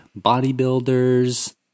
bodybuilders